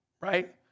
right